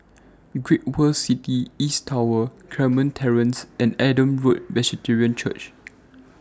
Great World City East Tower Carmen Terrace and Adam Road Presbyterian Church